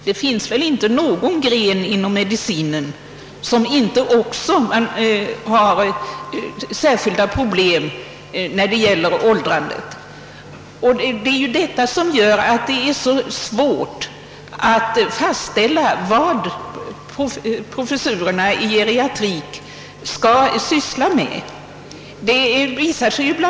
Det finns väl inte någon gren inom medicinen där inte åldrandet innebär särskilda problem, och det är väl detta som gör det så svårt att fastställa vad professurerna i geriatrik skall omfatta.